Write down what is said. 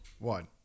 one